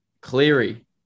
Cleary